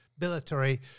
Military